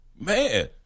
Man